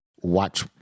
watch